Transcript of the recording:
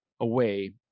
away